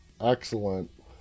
excellent